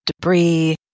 debris